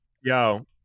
Yo